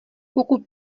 pokud